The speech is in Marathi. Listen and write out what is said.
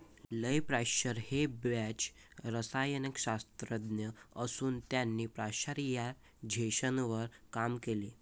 लुई पाश्चर हे फ्रेंच रसायनशास्त्रज्ञ असून त्यांनी पाश्चरायझेशनवर काम केले